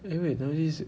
eh wait nowadays